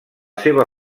seva